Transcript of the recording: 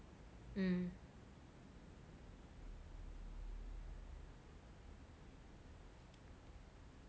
mm